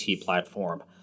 platform